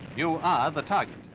you are the target.